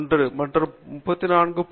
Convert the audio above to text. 1 என்பது 34